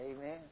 Amen